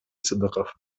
сыдыков